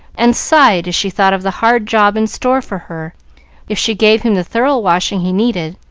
and sighed as she thought of the hard job in store for her if she gave him the thorough washing he needed,